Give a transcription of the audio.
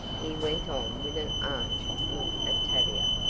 he went on with an arch look at tavia,